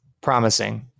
promising